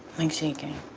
like shaking.